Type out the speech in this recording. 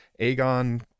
Aegon